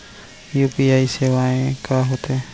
UPI सेवाएं का होथे